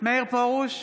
מאיר פרוש,